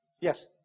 Yes